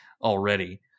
already